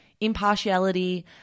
impartiality